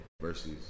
Versus